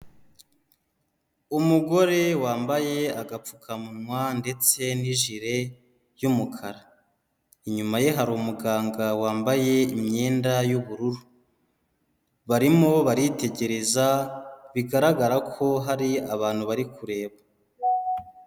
Umugore wambaye agapfukamunwa ndetse n'ijire y'umukara, inyuma ye hari umuganga wambaye imyenda y'ubururu, barimo baritegereza bigaragara ko hari abantu bari kureba.